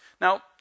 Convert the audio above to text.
Now